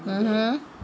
mmhmm